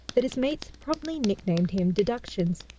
that his mates promptly nicknamed him deductions.